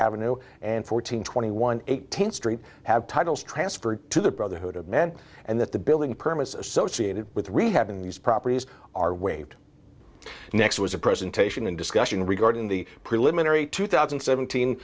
avenue and fourteen twenty one eighteenth street have titles transferred to the brotherhood of men and that the building permits associated with rehab in these properties are waived next was a presentation and discussion regarding the preliminary two thousand and seventeen